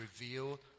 reveal